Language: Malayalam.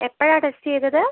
എപ്പഴാണ് ടെസ്റ്റ് ചെയ്തത്